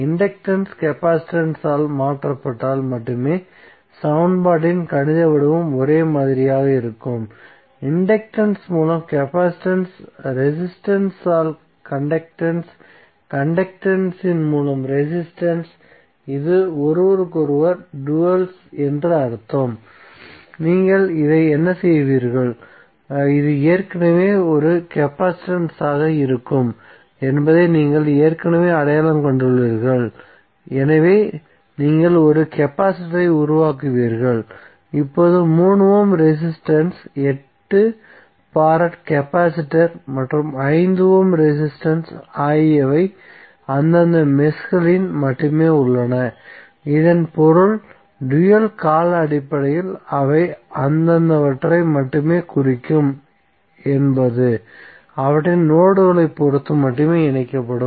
inductance capacitance ஆல் மாற்றப்பட்டால் மட்டுமே சமன்பாட்டின் கணித வடிவம் ஒரே மாதிரியாக இருக்கும் இன்டக்டன்ஸ் மூலம் கெபாசிட்டன்ஸ் ரெசிஸ்டன்ஸ் ஆல் கண்டக்டன்ஸ் கண்டக்டன்ஸ் மூலம் ரெசிஸ்டன்ஸ் இது ஒருவருக்கொருவர் டூயல்ஸ் என்று அர்த்தம் நீங்கள் இதை என்ன செய்வீர்கள் இது ஏற்கனவே ஒரு கெபாசிட்டன்ஸ் ஆக இருக்கும் என்பதை நீங்கள் ஏற்கனவே அடையாளம் கண்டுள்ளீர்கள் எனவே நீங்கள் ஒரு கெபாசிட்டரை உருவாக்குவீர்கள் இப்போது 3 ஓம் ரெசிஸ்டன்ஸ் 8 ஃபாரட் கெபாசிட்டர் மற்றும் 5 ஓம் ரெசிஸ்டன்ஸ் ஆகியவை அந்தந்த மெஷ்களில் மட்டுமே உள்ளன இதன் பொருள் டூயல் கால அடிப்படையில் அவை அந்தந்தவற்றை மட்டுமே குறிக்கும் என்பது அவற்றின் நோட்களை பொறுத்து மட்டுமே இணைக்கப்படும்